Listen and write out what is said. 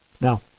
Now